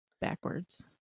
Backwards